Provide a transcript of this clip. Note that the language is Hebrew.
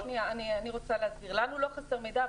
לנו לא חסר מידע,